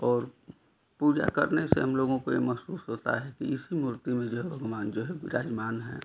और पूजा करने से हम लोगों को यह महसूस होता है कि इसी मूर्ति में जो है भगवान जो है विराजमान हैं